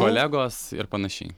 kolegos ir panašiai